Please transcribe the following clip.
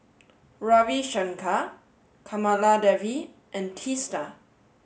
Ravi Shankar Kamaladevi and Teesta